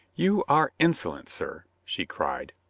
you are insolent, sir, she cried.